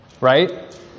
right